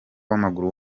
w’amaguru